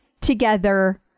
together